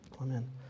Amen